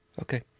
Okay